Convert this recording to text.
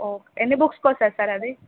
okay ఎన్ని బుక్స్కి వస్తుంది సార్ అది